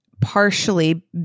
partially